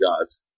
gods